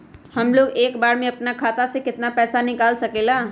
हमलोग एक बार में अपना खाता से केतना पैसा निकाल सकेला?